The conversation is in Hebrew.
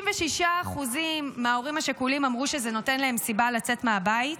66% מההורים השכולים אמרו שזה נותן להם סיבה לצאת מהבית,